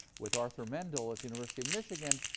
with arthur mendel at the university of michigan,